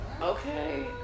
Okay